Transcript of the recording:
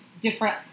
different